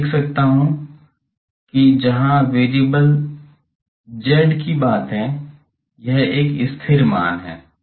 मैं लिख सकता हूँ कि जहाँ तक z चर की बात है यह एक स्थिर मान है